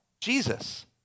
Jesus